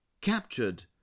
captured